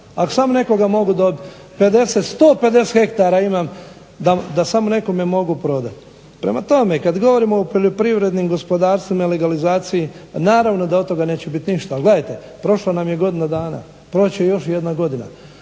ako smo mogu nekoga dobiti. 50, 150 hektara da samo nekome mogu prodati. Prema tome kada govorimo o poljoprivrednim gospodarstvima i legalizaciji naravno da od toga neće biti ništa. Ali gledajte prošla nam je godina dana, proći će još jedna godina.